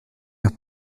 air